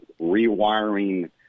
rewiring